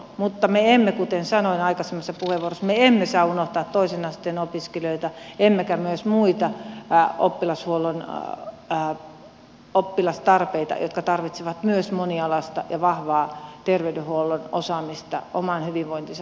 mutta kuten sanoin aikaisemmassa puheenvuorossa me emme saa unohtaa toisen asteen opiskelijoita emmekä myöskään muita oppilashuollon oppilastarpeita joihin tarvitaan myös monialaista ja vahvaa terveydenhuollon osaamista hyvinvoinnin turvaamiseksi